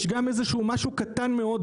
יש גם איזה שהוא משהו קטן מאוד,